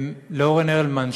לאורן הלמן,